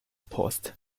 post